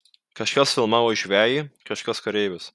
kažkas filmavo žvejį kažkas kareivius